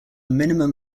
minimum